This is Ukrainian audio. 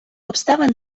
обставин